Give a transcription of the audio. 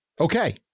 Okay